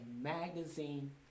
magazine